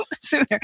sooner